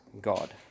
God